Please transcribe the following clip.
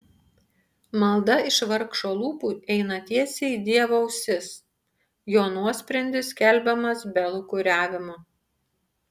malda iš vargšo lūpų eina tiesiai į dievo ausis jo nuosprendis skelbiamas be lūkuriavimo